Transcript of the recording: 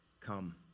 come